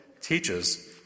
teaches